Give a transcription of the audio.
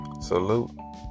Salute